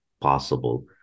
possible